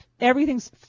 everything's